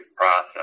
process